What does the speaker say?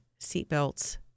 seatbelts